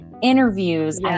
interviews